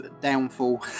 downfall